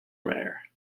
rare